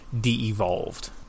de-evolved